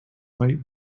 might